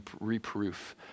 reproof